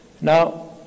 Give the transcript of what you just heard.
Now